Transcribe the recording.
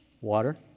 Water